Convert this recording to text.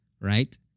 right